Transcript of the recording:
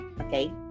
Okay